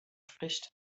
spricht